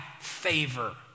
favor